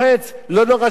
לא נורא שיש הפגנות.